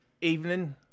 evening